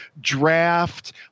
Draft